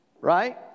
Right